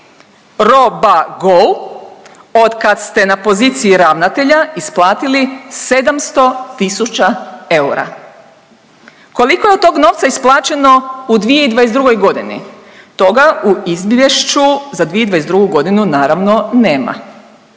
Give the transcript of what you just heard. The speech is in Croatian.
Robago od kad ste na poziciji ravnatelja isplatili 700 tisuća eura. Koliko je tog novca isplaćeno u 2022. godini toga u izvješću za 2022. godinu naravno nema.